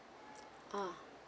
ah